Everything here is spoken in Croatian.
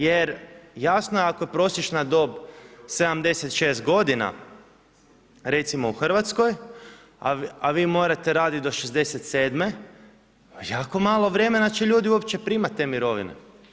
Jer jasno je ako je prosječna dob 76 godina recimo u Hrvatskoj, a vi morate radit do 67. jako malo vremena će ljudi primat te mirovine.